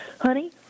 honey